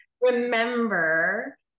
remember